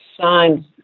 Signed